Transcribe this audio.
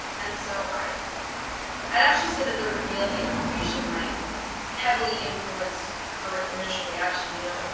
and so i'd i'd actually say that the reveal of the information might heavily influence her initial reaction. you know